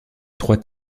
trois